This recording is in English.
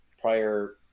prior